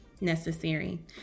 necessary